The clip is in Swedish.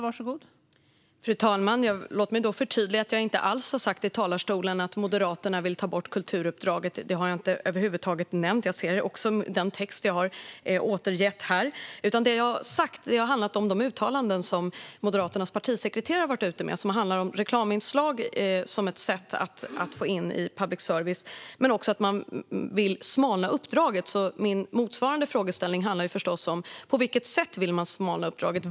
Fru talman! Låt mig förtydliga att jag inte alls har sagt i talarstolen att Moderaterna vill ta bort kulturuppdraget. Det har jag över huvud taget inte nämnt. Jag har den text jag har återgett här framför mig. Det jag har sagt handlar om de uttalanden som Moderaternas partisekreterare har varit ute med och som handlar om reklaminslag som ett sätt att få in pengar till public service och att man vill smalna av uppdraget. Min motsvarande frågeställning handlar förstås om: På vilket sätt vill man smalna av uppdraget?